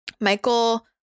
Michael